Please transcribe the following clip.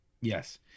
Yes